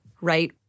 right